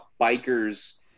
biker's